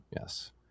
yes